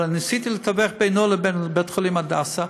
אבל ניסיתי לתווך בינו לבין בית-חולים "הדסה",